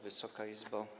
Wysoka Izbo!